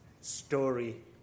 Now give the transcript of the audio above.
story